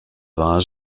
war